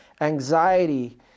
anxiety